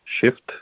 shift